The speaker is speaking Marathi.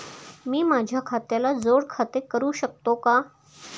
मी माझ्या खात्याला जोड खाते करू शकतो का?